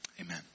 Amen